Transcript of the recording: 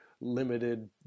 limited